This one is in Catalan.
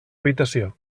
habitació